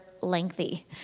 lengthy